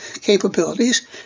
capabilities